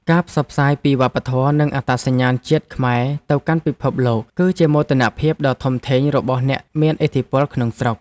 ការផ្សព្វផ្សាយពីវប្បធម៌ និងអត្តសញ្ញាណជាតិខ្មែរទៅកាន់ពិភពលោក គឺជាមោទនភាពដ៏ធំធេងរបស់អ្នកមានឥទ្ធិពលក្នុងស្រុក។